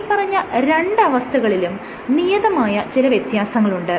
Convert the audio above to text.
മേല്പറഞ്ഞ രണ്ട് അവസ്ഥകളിലും നിയതമായ ചില വ്യത്യാസങ്ങളുണ്ട്